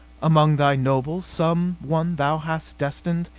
among thy nobles, some one thou hast destined